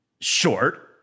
short